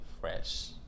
fresh